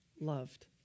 loved